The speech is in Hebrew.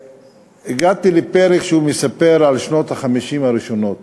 הגעתי לפרק שבו הוא מספר על 50 השנים הראשונות,